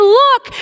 look